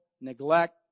neglect